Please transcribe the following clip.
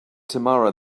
tamara